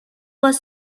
was